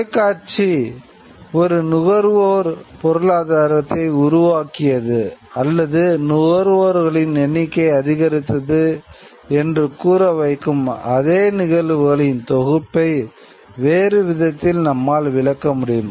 தொலைக்காட்சி ஒரு நுகர்வோர் பொருளாதாரத்தைத் உருவாக்கியது அல்லது நுகர்வோர்களின் எண்ணிக்கையை அதிகரித்தது என்று கூற வைக்கும் அதே நிகழ்வுகளின் தொகுப்பை வேறு விதத்தில் நம்மால் விளக்க முடியும்